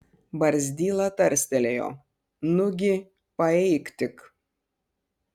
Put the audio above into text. barzdyla tarstelėjo nugi paeik tik